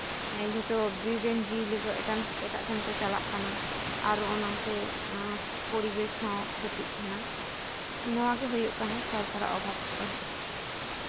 ᱡᱚᱛᱚ ᱵᱤᱨ ᱨᱮᱱ ᱡᱤᱭᱟᱹᱞᱤ ᱠᱚ ᱮᱴᱟᱜ ᱥᱮᱫ ᱠᱚ ᱪᱟᱞᱟᱜ ᱠᱟᱱᱟ ᱟᱨ ᱚᱱᱟᱛᱮ ᱯᱚᱨᱤᱵᱮᱥ ᱦᱚᱸ ᱠᱷᱚᱛᱤᱜ ᱠᱟᱱᱟ ᱱᱚᱣᱟ ᱜᱮ ᱦᱩᱭᱩᱜ ᱠᱟᱱᱟ ᱥᱚᱨᱠᱟᱨᱟᱜ ᱚᱵᱷᱟᱵ ᱫᱚ